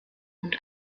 und